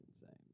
insane